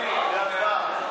דיכטר.